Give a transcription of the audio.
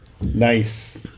Nice